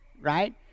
Right